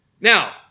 Now